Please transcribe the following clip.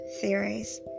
theories